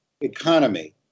economy